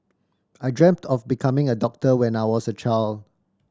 I dreamt of becoming a doctor when I was a child